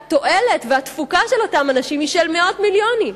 כשהתועלת והתפוקה של אותם אנשים היא של מאות מיליונים,